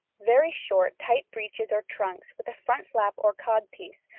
very short, tight breeches or trunks, with a front flap or codpiece,